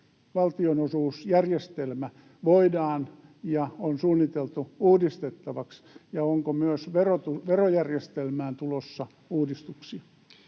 valtionosuusjärjestelmä voidaan uudistaa ja on suunniteltu uudistettavaksi, ja onko myös verojärjestelmään tulossa uudistuksia?